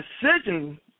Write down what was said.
decision